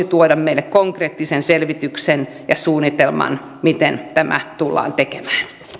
tuoda meille konkreettisen selvityksen ja suunnitelman miten tämä tullaan tekemään